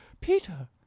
peter